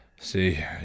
See